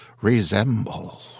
resemble